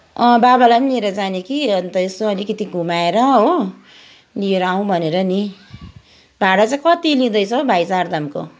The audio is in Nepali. बाबालाई पनि लिएर जाने कि अन्त यसो अलिकति घुमाएर हो लिएर आउँ भनेर नि भाडा चाहिँ कति लिँदैछ हो भाइ चारधामको